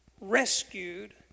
rescued